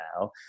now